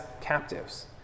captives